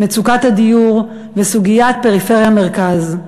מצוקת הדיור וסוגיית פריפריה-מרכז.